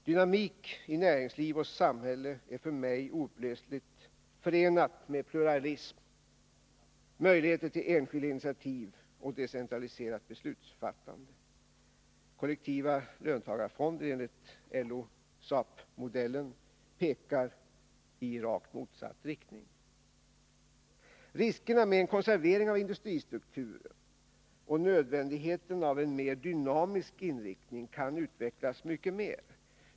Dynamik i näringsliv och samhälle är för mig oupplösligt förenat med pluralism, möjligheter till enskilda initiativ och decentraliserat beslutsfattande. Kollektiva löntagarfonder enligt LO/SAP-modellen pekar i rakt motsatt riktning. Riskerna med en konservering av industristrukturen och nödvändigheten av en mer dynamisk inriktning kan utvecklas mycket mer.